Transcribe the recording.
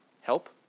help